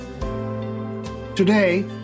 Today